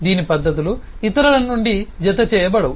దీని పద్ధతులు ఇతరుల నుండి జతచేయబడవు